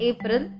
April